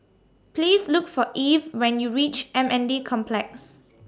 Please Look For Eve when YOU REACH M N D Complex